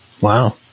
Wow